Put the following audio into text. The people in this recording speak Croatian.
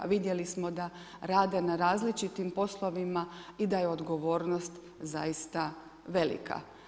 Vidjeli smo da rade na različitim poslovima i da je odgovornost zaista velika.